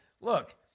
look